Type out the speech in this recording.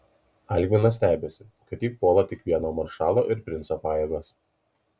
algminas stebisi kad jį puola tik vieno maršalo ir princo pajėgos